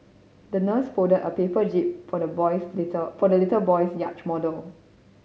the nurse fold a paper jib for the boys little for the little boy's yacht model